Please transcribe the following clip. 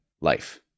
life